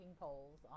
polls